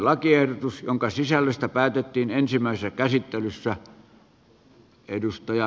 lakiehdotus jonka sisällöstä päätettiin ensimmäisessä käsittelyssä